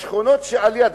בשכונות שעל יד,